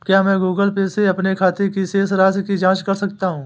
क्या मैं Google Pay से अपने खाते की शेष राशि की जाँच कर सकता हूँ?